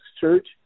Church